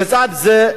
בצד זה,